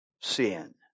sin